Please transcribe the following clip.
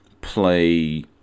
play